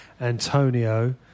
Antonio